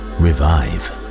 revive